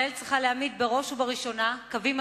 ישראל צריכה בראש ובראשונה להעמיד קווים